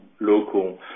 local